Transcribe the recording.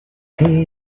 recurring